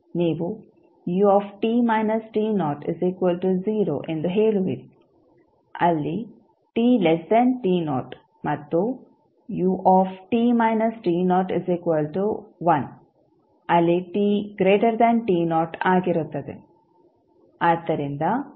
ನೀವು ಎಂದು ಹೇಳುವಿರಿ ಅಲ್ಲಿ ಮತ್ತು ಅಲ್ಲಿ ಆಗಿರುತ್ತದೆ